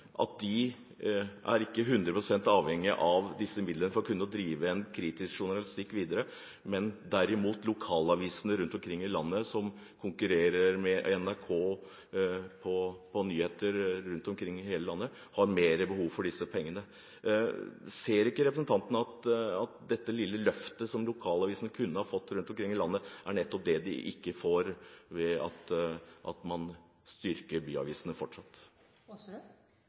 at de ikke er 100 pst. avhengige av disse midlene for å kunne drive en kritisk journalistikk videre. Men lokalavisene rundt omkring i hele landet som konkurrerer med NRK på nyheter, har derimot mer behov for disse pengene. Ser ikke representanten at dette lille løftet som lokalavisene kunne ha fått rundt omkring i landet, er nettopp det de ikke får ved at man fortsatt styrker byavisene?